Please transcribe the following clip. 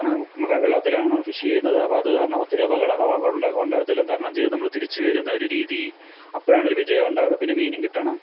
കാരണം വെള്ളത്തിലാണ് ഫിഷ് ചെയ്യുന്നത് അപ്പോൾ അത് കാരണം ഒത്തിരി അപകടങ്ങൾ തരണം ചെയ്ത് നമ്മൾ തിരിച്ചുവരുന്ന ഒരു രീതി അപ്പോഴാണ് ഒരു വിജയം ഉണ്ടാകുന്നത് പിന്നെ മീനും കിട്ടണം